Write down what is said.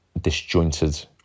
disjointed